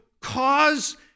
cause